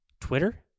Twitter